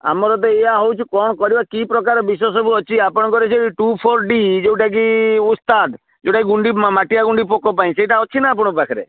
ଆମର ତ ଏଇଆ ହେଉଛି କ'ଣ କରିବା କି ପ୍ରକାର ବିଷ ସବୁ ଅଛି ଆପଣଙ୍କର ସେଇ ଟୁ ଫୋର୍ ଡି ଯେଉଁଟାକି ଉସ୍ତାଦ୍ ଯେଉଁଟାକି ଗୁଣ୍ଡି ମାଟିଆ ଗୁଣ୍ଡି ପୋକ ପାଇଁ ସେଇଟା ଅଛି ନା ଆପଣଙ୍କ ପାଖରେ